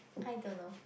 I don't know